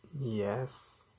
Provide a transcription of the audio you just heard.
Yes